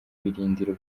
birindiro